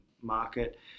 market